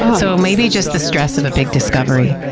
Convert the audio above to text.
so maybe just the stress of a big discovery.